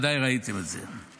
ודאי ראיתם את זה.